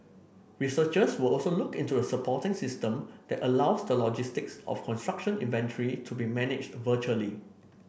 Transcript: researchers will also look into a supporting system that allows the logistics of construction inventory to be managed virtually